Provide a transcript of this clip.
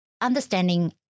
understanding